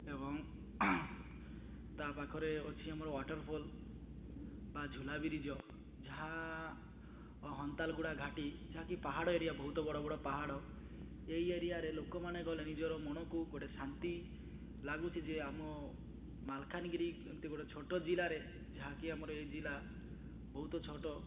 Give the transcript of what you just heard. ଏବଂ ତା ପାଖରେ ଅଛି ଆମର ୱାଟର୍ ଫଲ୍ ବା ଝୁଲା ବ୍ରିଜ୍ ଯାହା ହନ୍ତାଲଗୁଡ଼ା ଘାଟି ଯାହାକି ପାହାଡ଼ ଏରିଆ ବହୁତ ବଡ଼ ବଡ଼ ପାହାଡ଼ ଏଇ ଏରିଆରେ ଲୋକମାନେ ଗଲେ ନିଜର ମନକୁ ଗୋଟେ ଶାନ୍ତି ଲାଗୁଛି ଯେ ଆମ ମାଲକାନଗିରି ଏମିତି ଗୋଟେ ଛୋଟ ଜିଲ୍ଲାରେ ଯାହାକି ଆମର ଏଇ ଜିଲ୍ଲା ବହୁତ ଛୋଟ